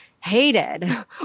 hated